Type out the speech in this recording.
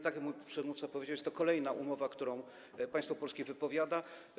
Tak jak mój przedmówca powiedział, jest to kolejna umowa, którą państwo polskie wypowiada.